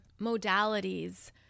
modalities